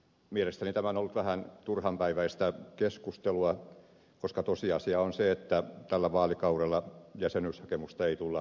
mielestäni tämä on ollut vähän turhanpäiväistä keskustelua koska tosiasia on se että tällä vaalikaudella jäsenyyshakemusta ei tulla tekemään